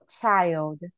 child